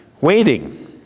Waiting